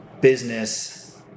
business